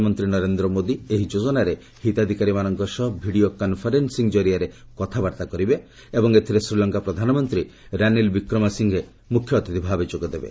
ପ୍ରଧାନମନ୍ତ୍ରୀ ନରେନ୍ଦ୍ର ମୋଦି ଏହି ଯୋଜନାରେ ହିତାଧିକାରୀମାନଙ୍କ ସହ ଭିଡ଼ିଓ କନ୍ଫରେନ୍ସିଂ କରିଆରେ କଥାବାର୍ତ୍ତା କରିବେ ଏବଂ ଏଥିରେ ଶ୍ରୀଲଙ୍କା ପ୍ରଧାନମନ୍ତ୍ରୀ ରାନିଲ୍ ବିକ୍ରମାସିଫ୍ଟେ ଏଥିରେ ମୁଖ୍ୟ ଅତିଥି ଭାବେ ଯୋଗଦେବେ